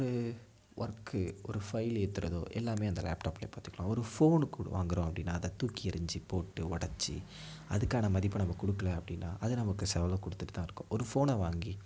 ஒரு ஒர்க்கு ஒரு ஃபைல் ஏற்றுறதோ எல்லாமே அந்த லேப்டாப்லியே பார்த்துக்கலாம் ஒரு ஃபோன் வாங்குகிறோம் அப்படினா அதை தூக்கி எறிஞ்சு போட்டு உடச்சி அதுக்கான மதிப்பை நம்ம கொடுக்கல அப்படினா அது நமக்கு செலவை கொடுத்துட்டு தான் இருக்கும் ஒரு ஃபோனை வாங்கி